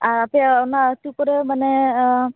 ᱟᱨ ᱟᱯᱮᱭᱟᱜ ᱚᱱᱟ ᱟᱛᱳ ᱠᱚᱨᱮ ᱢᱟᱱᱮ